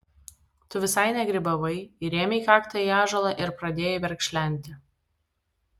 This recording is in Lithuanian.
tu visai negrybavai įrėmei kaktą į ąžuolą ir pradėjai verkšlenti